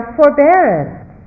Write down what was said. forbearance